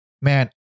man